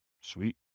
Sweet